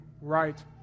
right